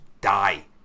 die